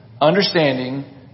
understanding